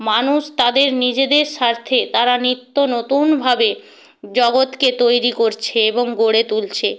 মানুষ তাদের নিজেদের স্বার্থে তারা নিত্য নতুনভাবে জগৎকে তৈরি করছে এবং গড়ে তুলছে